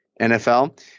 NFL